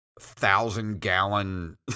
thousand-gallon